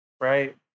right